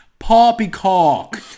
Poppycock